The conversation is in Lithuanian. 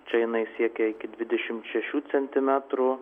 čia jinai siekia iki dvidešimt šešių centimetrų